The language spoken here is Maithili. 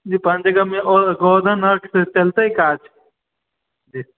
जी पंचीकर्म और गोधन से चलते काज जी